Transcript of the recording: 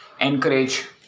encourage